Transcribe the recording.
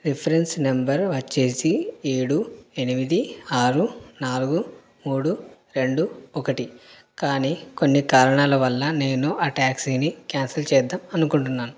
reference number వచ్చేసి ఏడు ఎనిమిది ఆరు నాలుగు మూడు రెండు ఒకటి కానీ కొన్ని కారణాల వల్ల నేను ఆ ట్యాక్సీని క్యాన్సిల్ చేద్దాం అనుకుంటున్నాను